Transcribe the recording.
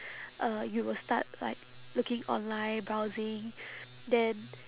uh you will start like looking online browsing then